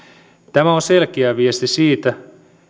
tämä on selkeä viesti siitä